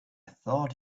thought